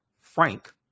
Frank